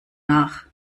nach